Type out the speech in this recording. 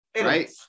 right